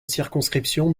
circonscription